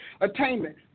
attainment